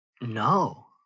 No